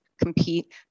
compete